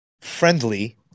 Friendly